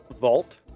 vault